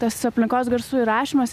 tas aplinkos garsų įrašymas